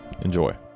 Enjoy